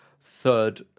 third